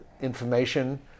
information